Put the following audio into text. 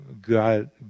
God